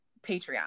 Patreon